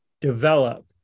develop